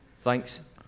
Thanks